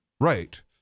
Right